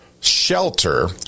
shelter